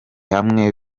hamwe